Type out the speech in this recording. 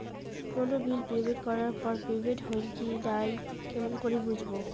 কোনো bill payment করার পর পেমেন্ট হইল কি নাই কেমন করি বুঝবো?